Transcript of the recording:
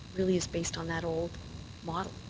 really is based on that old model.